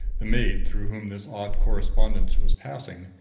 the maid through whom this odd correspondence was passing,